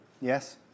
Yes